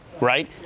right